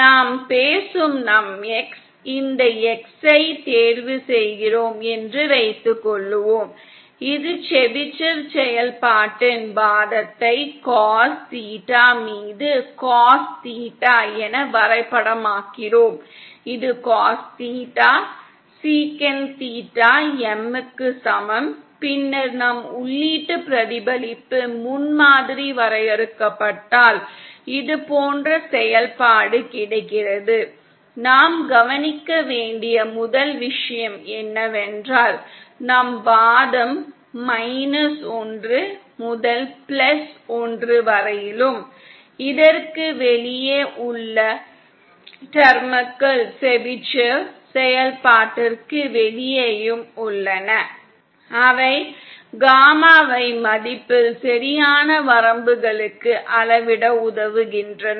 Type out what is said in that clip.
நாம் பேசும் நம் X இந்த X ஐ தேர்வு செய்கிறோம் என்று வைத்துக்கொள்வோம் இது செபிஷேவ் செயல்பாட்டின் வாதத்தை காஸ் தீட்டா மீது காஸ் தீட்டா என வரைபடமாக்குகிறோம் இது காஸ் தீட்டா சீகன் தீட்டா M க்கு சமம் பின்னர் நம் உள்ளீட்டு பிரதிபலிப்பு முன்மாதிரி வரையறுக்கப்பட்டால் இதுபோன்ற செயல்பாடு கிடைக்கிறது நாம் கவனிக்க வேண்டிய முதல் விஷயம் என்னவென்றால் நம் வாதம் மைனஸ் ஒன்று முதல் பிளஸ் ஒன்று வரையிலும் இதற்கு வெளியே உள்ள டெர்ம்கள் செபிஷேவ் செயல்பாட்டிற்கு வெளியேயும் உள்ளன அவை காமாவை மதிப்பில் சரியான வரம்புகளுக்கு அளவிட உதவுகின்றன